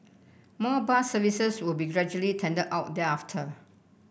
more bus services will be gradually tendered out thereafter